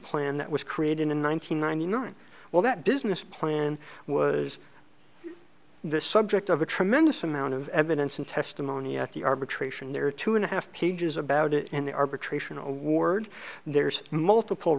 plan that was created in one nine hundred ninety nine well that business plan was the subject of a tremendous amount of evidence and testimony at the arbitration there two and a half pages about it in the arbitration award there's multiple